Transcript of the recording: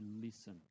listen